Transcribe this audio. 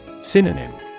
Synonym